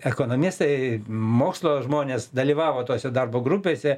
ekonomistai mokslo žmonės dalyvavo tose darbo grupėse